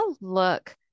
look